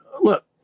look